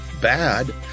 bad